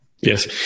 Yes